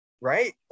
right